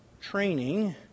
training